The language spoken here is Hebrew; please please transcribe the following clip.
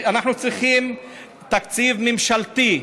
אנחנו צריכים תקציב ממשלתי,